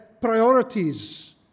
priorities